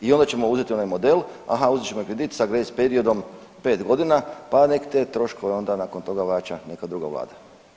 I onda ćemo uzeti onaj model, aha uzet ćemo kredit sa grace periodom pet godina, pa nek' te troškove onda nakon toga vraća neka druga Vlada.